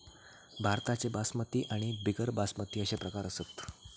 भाताचे बासमती आणि बिगर बासमती अशे प्रकार असत